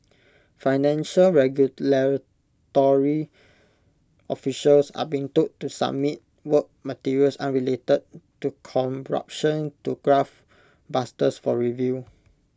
financial regulatory officials are being told to submit work materials unrelated to corruption to graft busters for review